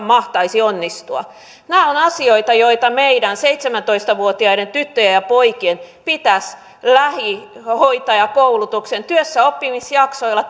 mahtaisi onnistua nämä ovat asioita joita meidän seitsemäntoista vuotiaiden tyttöjemme ja poikiemme pitäisi lähihoitajakoulutuksen työssäoppimisjaksoilla